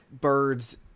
birds